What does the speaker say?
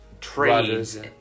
trades